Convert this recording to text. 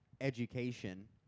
Education